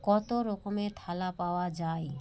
কতো রকমের থালা পাওয়া যায়